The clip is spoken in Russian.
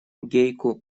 гейку